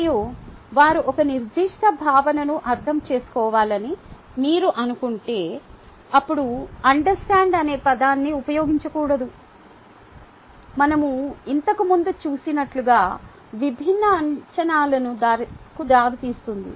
మరియు వారు ఒక నిర్దిష్ట భావనను అర్థం చేసుకోవాలని మీరు అనుకుంటే అప్పుడు అండర్స్టాండ్ అనే పదాన్ని ఉపయోగించకుండా మనం ఇంతకు ముందు చూసినట్లుగా విభిన్న అంచనాలకు దారితీస్తుంది